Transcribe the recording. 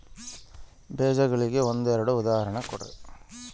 ಬೇಜಗಳಿಗೆ ಒಂದೆರಡು ಉದಾಹರಣೆ ಕೊಡ್ರಿ?